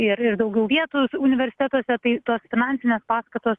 ir ir daugiau vietų universitetuose tai tos finansinė paskatos